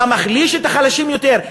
אתה מחליש את החלשים יותר.